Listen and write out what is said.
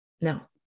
No